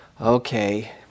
okay